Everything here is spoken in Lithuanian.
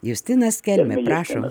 justinas kelmė prašom